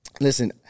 Listen